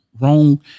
wrong